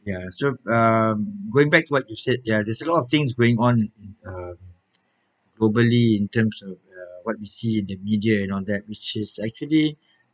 ya so um going back to what you said ya there's a lot of things going um globally in terms of the what we see in the media and all that which is actually